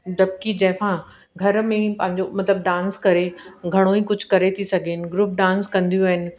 डपु की जाइफ़ा घर में ई पंहिंजो मतिलबु डांस करे घणोई कुझु करे थी सघनि ग्रुप डांस कंदियूं आहिनि